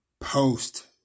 post